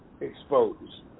exposed